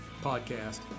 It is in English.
podcast